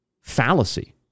fallacy